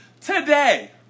Today